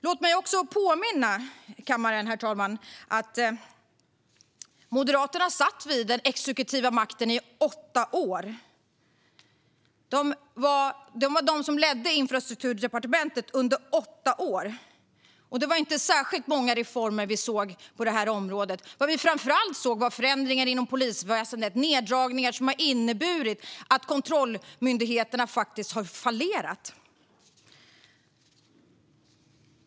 Låt mig också, herr talman, påminna kammaren om att Moderaterna satt vid den exekutiva makten i åtta år. De ledde Infrastrukturdepartementet under åtta år, och vi såg inte särskilt många reformer på detta område. Vad vi framför allt såg var förändringar inom polisväsendet, neddragningar som har inneburit att kontrollmyndigheterna faktiskt har fallerat.